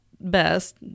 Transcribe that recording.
best